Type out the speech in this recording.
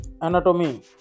anatomy